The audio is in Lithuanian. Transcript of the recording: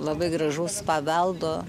labai gražus paveldo